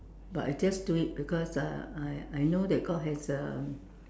but I just do it because uh I I know that God has a